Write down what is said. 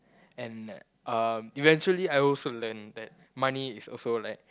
and uh eventually I also learnt that money is also like